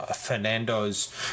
Fernando's